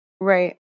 Right